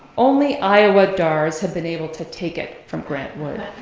only iowa dars have been able to take it from grant wood.